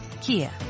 Kia